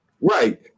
Right